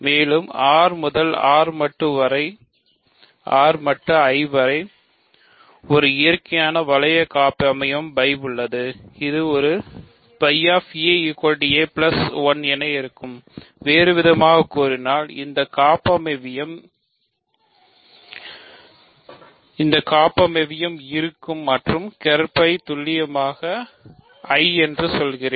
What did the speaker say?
மேலும் R முதல் R மட்டு I வரை ஒரு இயற்கை வளைய காப்பமைவியம் இருக்கும் மற்றும் ker φ துல்லியமாக I என்று சொல்கிறேன்